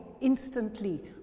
instantly